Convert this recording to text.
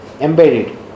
embedded